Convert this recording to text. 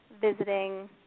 visiting